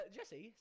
Jesse